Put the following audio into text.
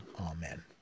Amen